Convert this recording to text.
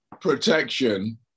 protection